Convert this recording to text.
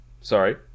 sorry